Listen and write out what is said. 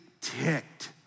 ticked